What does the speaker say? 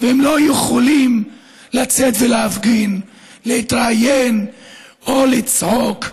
והם לא יכולים לצאת ולהפגין, להתראיין או לצעוק.